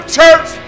church